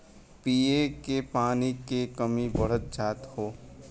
पिए के पानी क कमी बढ़्ते जात हौ